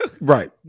Right